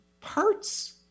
parts